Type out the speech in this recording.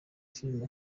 filime